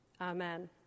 Amen